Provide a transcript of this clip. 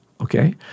okay